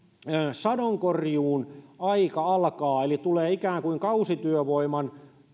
sadonkorjuun aika alkaa eli tulee ikään kuin kausityövoiman